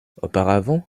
auparavant